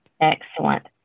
excellent